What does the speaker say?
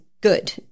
good